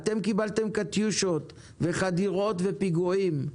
אתם קיבלתם קטיושות וחדירות ופיגועים,